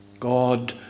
God